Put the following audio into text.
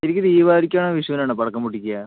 ശരിക്കും ദീപാവലിക്കാണോ വിഷുവിനാണോ പടക്കം പൊട്ടിക്കുക